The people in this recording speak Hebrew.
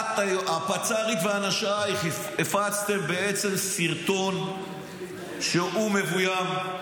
את, הפצ"רית, ואנשייך, הפצתם סרטון שהוא מבוים.